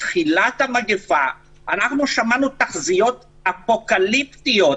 בתחילת המגפה אנחנו שמענו תחזיות אפוקליפטיות,